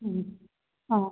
ம்